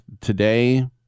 today